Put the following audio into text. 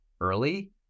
early